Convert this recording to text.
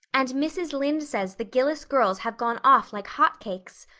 and mrs. lynde says the gillis girls have gone off like hot cakes.